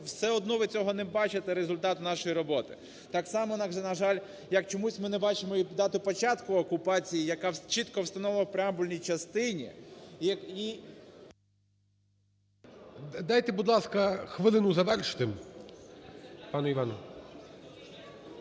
все одно ви цього не бачите – результату нашої роботи. Так само, на жаль, як чомусь ми не бачимо і дати початку окупації, яка чітко встановлена в преамбулній частині і... ГОЛОВУЮЧИЙ. Дайте, будь ласка, хвилину завершити пану Івану.